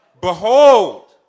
Behold